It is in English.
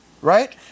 right